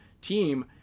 team